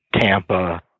Tampa